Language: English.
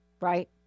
right